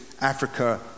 Africa